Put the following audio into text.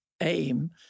aim